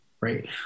right